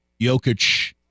Jokic